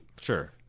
Sure